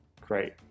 Great